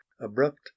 abrupt